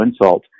insult